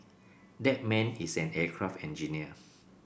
that man is an aircraft engineer